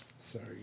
Sorry